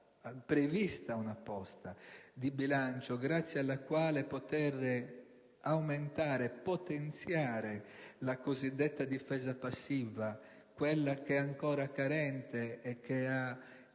prevista una posta di bilancio grazie alla quale poter potenziare la cosiddetta difesa passiva, che è ancora carente e che di